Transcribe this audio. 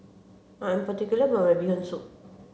I am particular about my bee hoon soup